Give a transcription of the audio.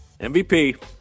MVP –